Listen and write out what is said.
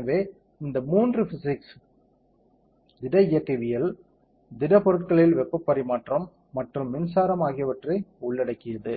எனவே இது மூன்று பிசிக்ஸ் திட இயக்கவியல் திடப்பொருட்களில் வெப்பப் பரிமாற்றம் மற்றும் மின்சாரம் ஆகியவற்றை உள்ளடக்கியது